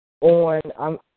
On –